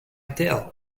tell